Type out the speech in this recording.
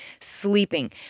sleeping